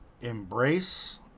embrace